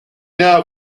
now